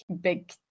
big